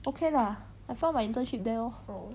okay lah I found my internship there lor